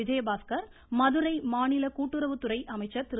விஜயபாஸ்கர் மதுரை மாநில கூட்டுறவுத்துறை அமைச்சர் திரு